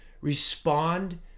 Respond